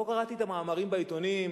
לא קראתי את המאמרים בעיתונים,